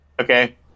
Okay